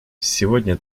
сегодня